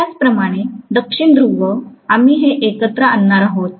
त्याचप्रमाणे दक्षिण ध्रुव आम्ही हे एकत्र आणणार आहोत